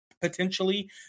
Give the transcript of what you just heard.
potentially